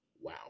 Wow